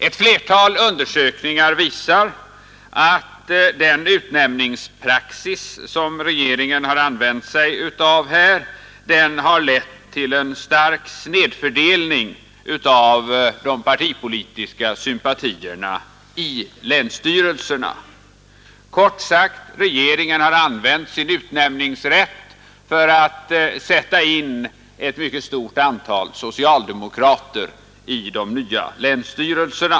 Ett flertal undersökningar visar att den utnämningspraxis som regeringen har använt sig av har lett till en stark snedfördelning av de partipolitiska sympatierna i länsstyrelserna. Regeringen har kort sagt använt sin utnämningsrätt för att sätta in ett mycket stort antal socialdemokrater i de nya länsstyrelserna.